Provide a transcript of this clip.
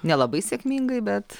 nelabai sėkmingai bet